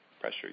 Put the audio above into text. pressure